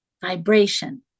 Vibration